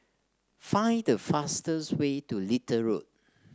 find the fastest way to Little Road